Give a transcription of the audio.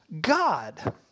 God